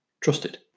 trusted